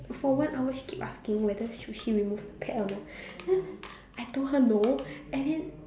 for one hour she keep asking whether should she remove the pad or not then I told her no and then